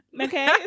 Okay